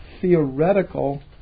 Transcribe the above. theoretical